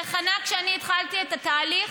כשאני התחלתי את התהליך,